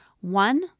One